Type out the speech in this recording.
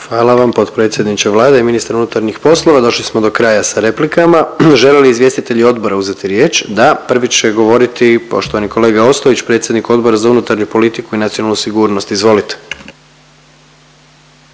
Hvala vam potpredsjedniče Vlade i ministre unutarnjih poslova, došli smo do kraja sa replikama. Žele li izvjestitelji odbora uzeti riječ? Da, prvi će govoriti poštovani kolega Ostojić predsjednik Odbora za unutarnju politiku i nacionalnu sigurnost. Izvolite.